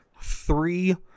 three